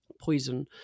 poison